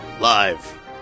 live